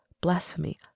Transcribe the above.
blasphemy